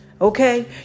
okay